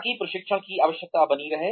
ताकि प्रशिक्षण की आवश्यकता बनी रहे